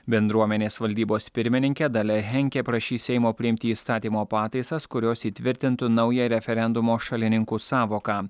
bendruomenės valdybos pirmininkė dalia henkė prašys seimo priimti įstatymo pataisas kurios įtvirtintų naują referendumo šalininkų sąvoką